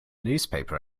newspaper